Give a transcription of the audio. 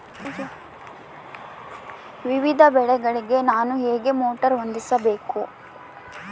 ವಿವಿಧ ಬೆಳೆಗಳಿಗೆ ನಾನು ಹೇಗೆ ಮೋಟಾರ್ ಹೊಂದಿಸಬೇಕು?